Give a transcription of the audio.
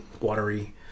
watery